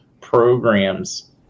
programs